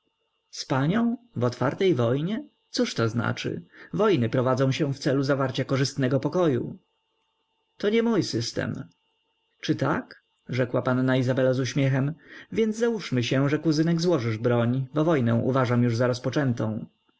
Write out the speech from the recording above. z panią w otwartej wojnie cóż to znaczy wojny prowadzą się w celu zawarcia korzystnego pokoju to nie mój system czy tak rzekła panna izabela z uśmiechem więc załóżmy się że kuzynek złożysz broń bo wojnę uważam już za rozpoczętą